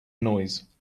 noise